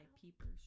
peepers